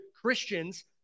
Christians